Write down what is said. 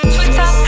Twitter